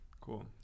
Cool